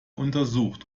untersucht